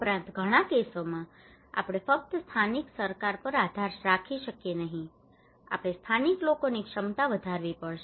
ઉપરાંત ઘણા કેસોમાં આપણે ફક્ત સ્થાનિક સરકાર પર આધાર રાખી શકીએ નહીં આપણે સ્થાનિક લોકોની ક્ષમતા વધારવી પડશે